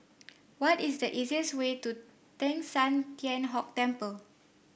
what is the easiest way to Teng San Tian Hock Temple